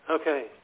Okay